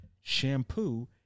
shampoo